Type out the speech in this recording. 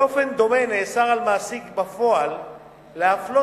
באופן דומה נאסר על מעסיק בפועל להפלות